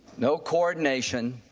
no coordination.